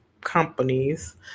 companies